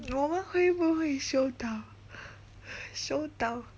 我们会不会收到 收到